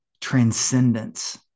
transcendence